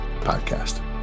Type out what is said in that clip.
Podcast